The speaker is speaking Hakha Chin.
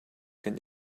kan